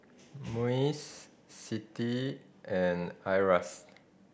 MUIS CITI and IRAS